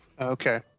Okay